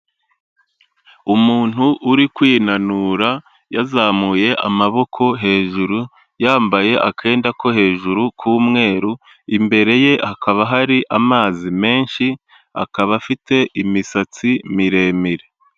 Umuntu uri kwinanura yazamuye amaboko hejuru yambaye akenda ko hejuru k'umweru, imbere ye hakaba hari amazi menshi akaba afite imisatsi miremire.